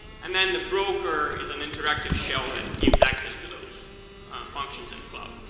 and then the broker is an interactive shell that gives access to those functions in the cloud.